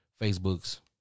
Facebook's